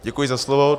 Děkuji za slovo.